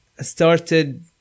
started